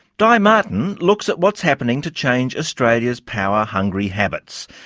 di martin looks at what's happening to change australia's power hungry habits,